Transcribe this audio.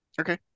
Okay